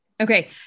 Okay